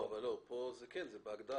פה זה בהגדרה.